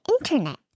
internet